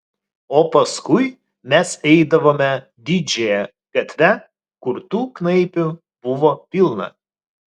o paskui mes eidavome didžiąja gatve kur tų knaipių buvo pilna